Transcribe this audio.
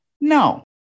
no